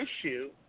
issue